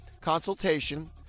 consultation